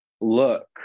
look